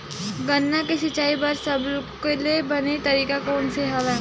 गन्ना के सिंचाई बर सबले बने तरीका कोन से हवय?